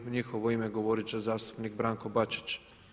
U njihovo ime govorit će zastupnik Branko Bačić.